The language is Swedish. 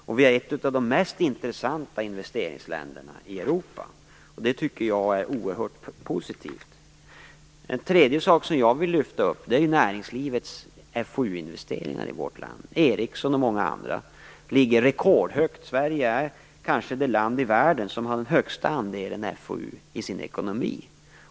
Och vi är ett av de mest intressanta investeringsländerna i Europa. Det tycker jag är oerhört positivt. En tredje sak som jag vill ta fram är näringslivets investeringar i forskning och utveckling i vårt land. Ericsson och många andra ligger rekordhögt. Sverige är kanske det land i världen som har den största andelen forskning och utveckling i sin ekonomi.